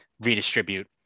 redistribute